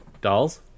Dolls